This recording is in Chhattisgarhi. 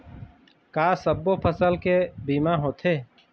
का सब्बो फसल के बीमा होथे?